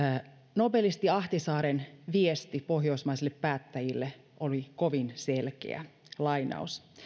nobelisti ahtisaaren viesti pohjoismaisille päättäjille oli kovin selkeä